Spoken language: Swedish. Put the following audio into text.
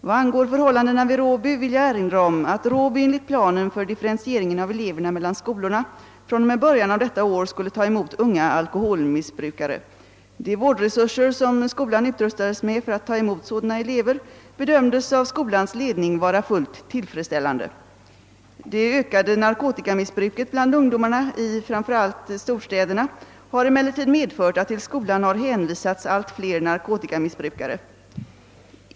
Vad angår förhållandena vid Råby vill jag erinra om att Råby enligt planen för differentieringen av eleverna mellan skolorna fr.o.m. början av detta år skulle ta emot unga alkoholmissbrukare. De vårdresurser som skolan utrustades med för att ta emot sådana elever bedömdes av skolans ledning vara fullt tillfredsställande. Det ökade narkotikamissbruket bland ungdomarna i framför allt storstäderna har emellertid medfört att till skolan har hänvisats allt fler narkotikamissbrukare.